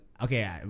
Okay